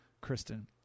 Kristen